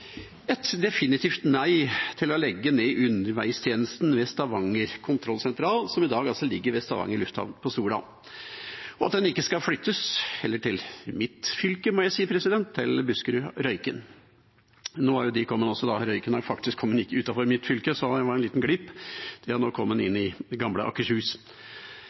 i dag ligger ved Stavanger lufthavn Sola, og at den heller ikke skal flyttes til mitt fylke, Buskerud, til Røyken. Nå har jo Røyken kommet utenfor mitt fylke, så det var en liten glipp. Røyken har nå kommet inn i det gamle Akershus